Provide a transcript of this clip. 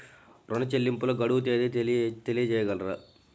ఋణ చెల్లింపుకు గడువు తేదీ తెలియచేయగలరా?